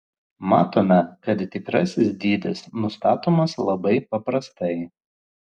matome kad tikrasis dydis nustatomas labai paprastai